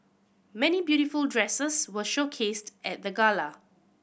many beautiful dresses were showcased at the gala